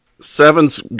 Seven's